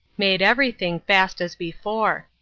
made everything fast as before.